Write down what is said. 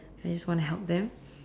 I just wanna help them